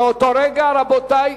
מאותו רגע, רבותי,